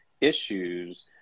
issues